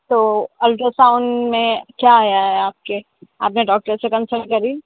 تو الٹراساؤن میں کیا آیا ہے آپ کے آپ نے ڈاکٹر سے کنسلٹ کری